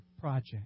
project